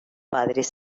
padres